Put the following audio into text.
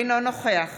אינו נוכח